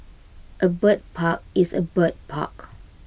A bird park is A bird park